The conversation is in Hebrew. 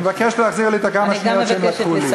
אני מבקש להחזיר לי את השניות שהם לקחו לי.